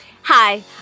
Hi